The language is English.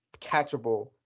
catchable